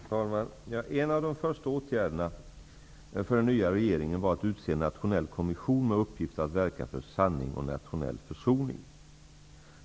Herr talman! En av de första åtgärderna för den nya regeringen var att utse en nationell kommission med uppgift att verka för sanning och nationell försoning.